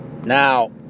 Now